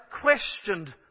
questioned